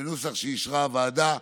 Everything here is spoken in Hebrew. בנוסח שאישרה הוועדה.